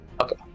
Okay